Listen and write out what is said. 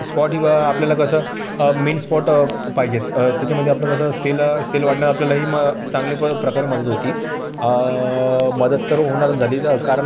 spot ही बा आपल्याला कसं मेन स्पॉट पाहिजेत त्याच्यामध्ये आपलं कसं सेल सेल वाढणं आपल्यालाही मग चांगली पण प्रकारे मदत होती मदत तर होणारंच झाली तर कारण